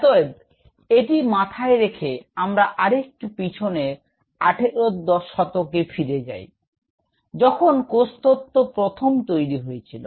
অতএব এটি মাথায় রেখে আমরা আর একটু পিছনে ১৮ শতকে ফিরে যাই যখন কোষতত্ব প্রথম তৈরি হয়েছিল